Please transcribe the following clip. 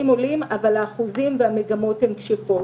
עולים אבל האחוזים והמגמות הן קשיחות.